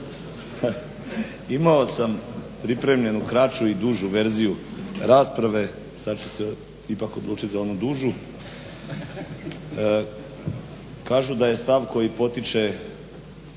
imao sam pripremljenu kraću i dužu verziju rasprave, sad ću se ipak odlučiti za onu dužu. Kažu da je stav koji potiče,